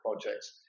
projects